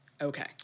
Okay